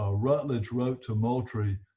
ah rutledge wrote to moultrie,